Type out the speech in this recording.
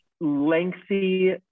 lengthy